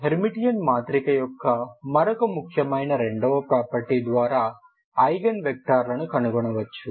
Hermitian మాత్రిక యొక్క మరొక ముఖ్యమైన రెండవ ప్రాపర్టీ ద్వారా ఐగెన్ వెక్టర్లను కనుగొనవచ్చు